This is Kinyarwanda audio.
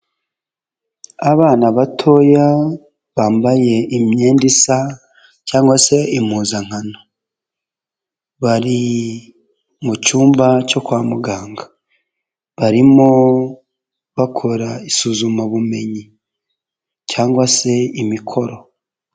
Abana batoya bambaye imyenda isa cyangwa se impuzankano, bari mu cyumba cyo kwa muganga, barimo bakora isuzumabumenyi cyangwa se imikoro.